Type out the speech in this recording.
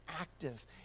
active